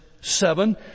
seven